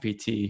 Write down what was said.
PT